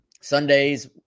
Sundays